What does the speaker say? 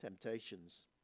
Temptations